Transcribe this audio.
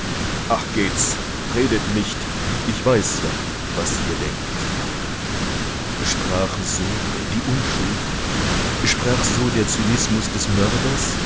ach geht's redet nicht ich weiß ja was ihr denkt sprach so die unschuld sprach so der zynismus des mörders